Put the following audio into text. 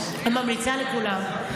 ממליצה לכולם.